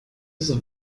ist